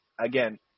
again